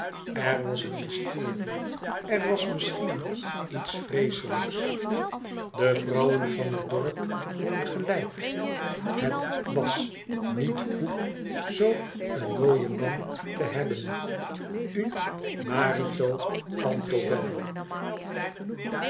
er was een mysterie er was misschien iets vreeslijks de vrouwen van het dorp hadden gelijk het was niet goed zoo een mooien man te hebben un marito tantobello